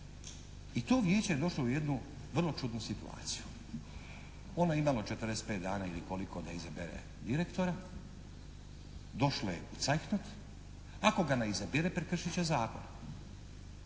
i to Vijeće je došlo u jednu vrlo čudnu situaciju. Ono je imalo 45 dana ili koliko da izabere direktora, došlo je u …/Govornik se ne razumije./…, ako